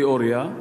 תיאוריה,